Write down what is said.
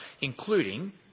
including